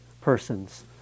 persons